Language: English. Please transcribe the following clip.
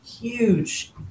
huge